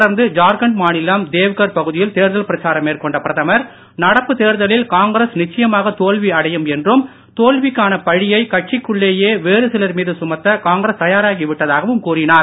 தொடர்ந்து ஜார்கண்ட் மாநிலம் தேவ்கர் பகுதியில் தேர்தல் பிரச்சாரம் மேற்கொண்ட பிரதமர் நடப்பு தேர்தலில் காங்கிரஸ் நிச்சயமாக தோல்வி அடையும் என்றும் தோல்விக்கான பழியை கட்சிக்குள்ளேயே வேறு சிலர் மீது சுமத்த காங்கிரஸ் தயாராகிவிட்டதாகவும் கூறினார்